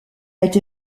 été